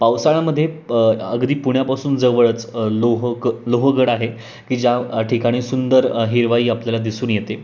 पावसाळ्यामध्ये अगदी पुण्यापासून जवळच लोह क लोहगड आहे की ज्या ठिकाणी सुंदर हिरवाई आपल्याला दिसून येते